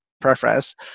preference